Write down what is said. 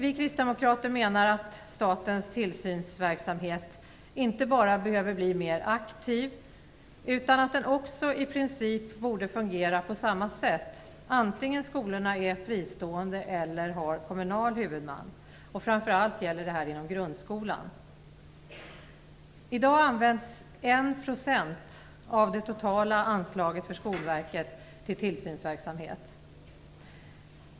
Vi kristdemokrater menar att statens tillsynsverksamhet inte bara behöver bli mer aktiv utan också i princip borde fungera på samma sätt, vare sig skolorna är fristående eller har kommunal huvudman. Framför allt gäller det inom grundskolan. I dag används 1 % av det totala anslaget för Skolverket till tillsynsverksamhet.